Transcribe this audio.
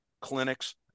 clinics